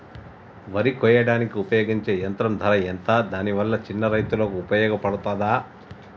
వరి కొయ్యడానికి ఉపయోగించే యంత్రం ధర ఎంత దాని వల్ల చిన్న రైతులకు ఉపయోగపడుతదా?